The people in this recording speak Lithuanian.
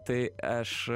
tai aš